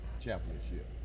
championship